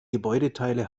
gebäudeteile